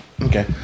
Okay